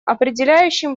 определяющим